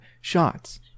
shots